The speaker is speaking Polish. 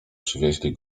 przywieźli